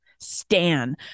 stan